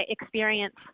experience